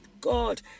God